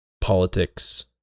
politics